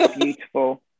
Beautiful